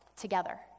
together